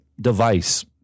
device